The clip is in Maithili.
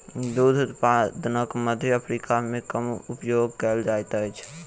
दूध उत्पादनक मध्य अफ्रीका मे कम उपयोग कयल जाइत अछि